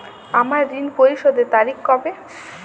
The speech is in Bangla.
আমার ঋণ পরিশোধের তারিখ কবে?